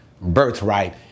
birthright